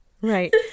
Right